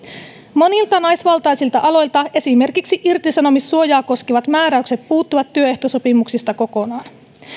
monilta naisvaltaisilta aloilta esimerkiksi irtisanomissuojaa koskevat määräykset puuttuvat työehtosopimuksista kokonaan